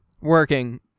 working